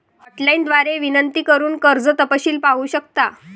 hotline द्वारे विनंती करून कर्ज तपशील पाहू शकता